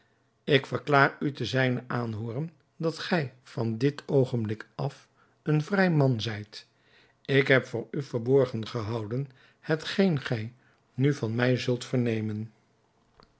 ik verklaar u ten zijnen aanhooren dat gij van dit oogenblik af een vrij man zijt ik heb voor u verborgen gehouden hetgeen gij nu van mij zult vernemen